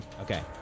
Okay